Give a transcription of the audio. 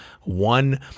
one